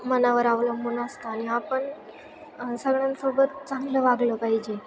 मनावर अवलंबून असतं आणि आण सगळ्यांसोबत चांगलं वागलं पाहिजे